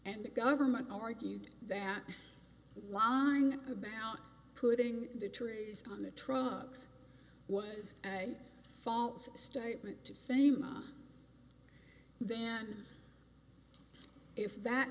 and the government argued that laing about putting the trees on the trucks was a false statement to fame on then if that